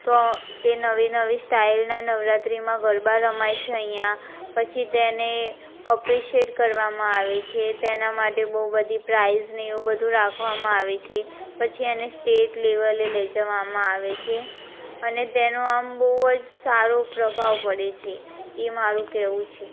તો તે નવી નવી સ્ટાઈલના નવરાત્રીમાં ગરબા રમાય છે અહીંયા પછી તેને એપ્રીસીએટ કરવામાં આવે છે તેના માટે બહુ બધી પ્રાઇઝને એવું બધુ રાખવામાં આવે છે પછી એને સ્ટેટ લેવલે લઈ જવામાં આવે છે અને તેનો આમ બહુ જ સારો પ્રભાવ પડે છે એ મારું કહેવું છે